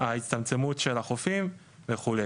ההצטמצמות של החופים וכו'.